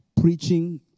Preaching